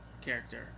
character